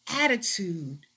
attitude